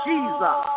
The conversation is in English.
Jesus